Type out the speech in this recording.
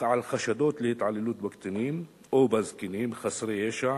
חשדות להתעללות בקטינים או בזקנים חסרי ישע